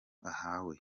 ahawe